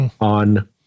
on –